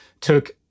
Took